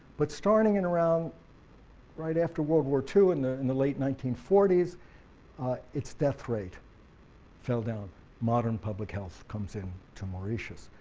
but starting in around right after world war ii in the in the late nineteen forty it's death rate fell down modern public health comes in to mauritius,